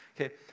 okay